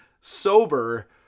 sober